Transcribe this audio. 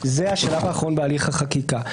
זה השלב האחרון בהליך החקיקה.